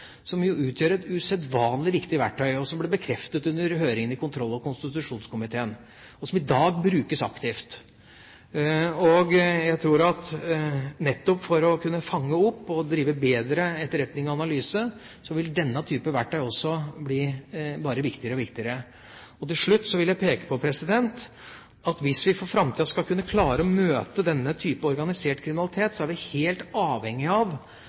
utgjør et usedvanlig viktig verktøy, noe som ble bekreftet under høringen i kontroll- og konstitusjonskomiteen, og som i dag brukes aktivt. Jeg tror at nettopp for å kunne fange opp og drive bedre etterretning og analyse, vil denne type verktøy bare bli viktigere og viktigere. Til slutt vil jeg peke på at hvis vi i framtida skal kunne klare å møte denne type organisert kriminalitet, så er vi helt avhengig av